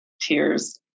tears